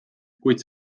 kuid